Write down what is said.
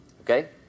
okay